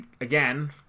again